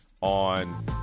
on